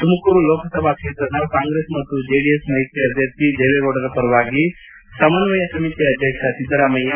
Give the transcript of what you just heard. ತುಮಕೂರು ಲೋಕಸಭಾ ಕ್ಷೇತ್ರದ ಕಾಂಗ್ರೆಸ್ ಮತ್ತು ಜೆಡಿಎಸ್ ಅಭ್ಯರ್ಥಿ ದೇವೇಗೌಡರ ಪರವಾಗಿ ಸಮನ್ನಯ ಸಮಿತಿ ಅಧ್ಯಕ್ಷ ಸಿದ್ದರಾಮಯ್ಯ